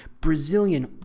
Brazilian